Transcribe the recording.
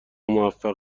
موفق